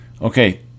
Okay